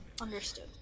Understood